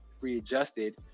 readjusted